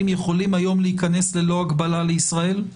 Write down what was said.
יכולים היום להיכנס ללא הגבלה לישראל?